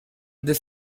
the